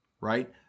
Right